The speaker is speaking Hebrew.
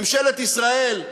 ממשלת ישראל,